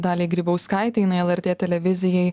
daliai grybauskaitei jinai lrt televizijai